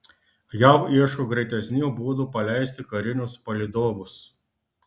jav ieško greitesnių būdų paleisti karinius palydovus